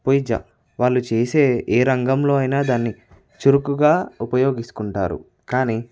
వాళ్ళు చేసే ఏ రంగంలో అయినా దాన్ని చురుకుగా ఉపయోగించుకుంటారు కానీ